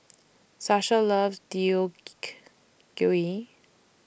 Shasta loves Gui